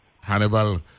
Hannibal